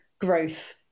growth